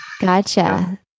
Gotcha